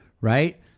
right